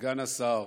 סגן השר,